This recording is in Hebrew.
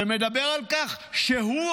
מדבר על כך שהוא,